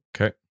Okay